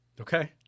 Okay